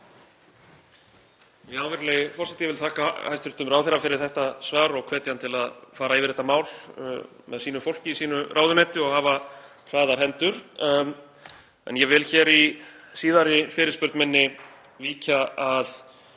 Virðulegi forseti. Ég vil þakka hæstv. ráðherra fyrir þetta svar og hvet hann til að fara yfir þetta mál með sínu fólki í sínu ráðuneyti og hafa hraðar hendur. Ég vil í síðari fyrirspurn minni víkja að